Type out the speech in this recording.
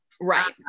Right